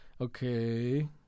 Okay